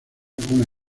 una